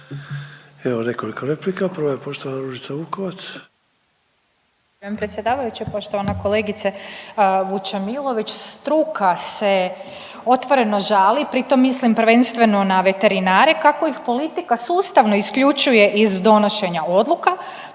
Imamo nekoliko replika, prva je poštovana Ružica Vukovac.